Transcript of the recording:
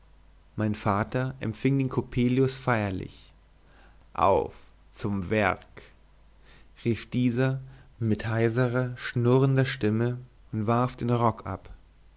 mein vater empfing den coppelius feierlich auf zum werk rief dieser mit heiserer schnurrender stimme und warf den rock ab